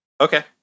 Okay